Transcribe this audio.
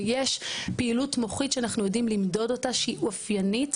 ויש פעילות מוחית שאנחנו יודעים למדוד אותה שהיא אופיינית